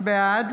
בעד